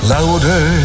Louder